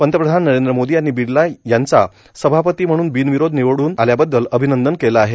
पंतप्रधान नरेंद्र मोदी यांनी बिर्ला यांचा सभापती म्हणून बिनविरोध निवडून आल्याबद्दल अभिनंदन केलं आहे